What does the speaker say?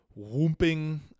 whooping